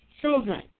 children